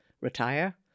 retire